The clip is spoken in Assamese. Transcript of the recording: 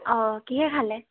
অঁ কিহে খালে